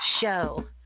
show